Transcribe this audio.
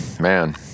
Man